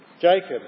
Jacob